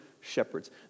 shepherds